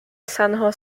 san